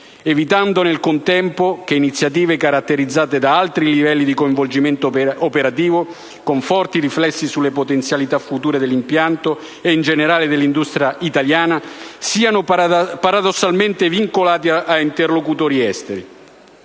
evitando nel contempo che iniziative caratterizzate da alti livelli di coinvolgimento operativo con forti riflessi sulle potenzialità future dell'impianto e in generale dell'industria italiana siano paradossalmente vincolate ad interlocutori esteri.